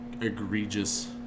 egregious